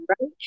right